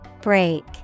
Break